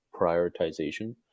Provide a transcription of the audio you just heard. prioritization